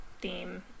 theme